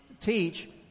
teach